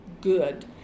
good